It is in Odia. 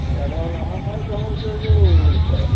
ଯାଗା ହେଲେ ହଁ ଭାଇ ତୁମର ସେ ଯେଉଁ